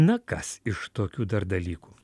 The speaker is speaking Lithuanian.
na kas iš tokių dar dalykų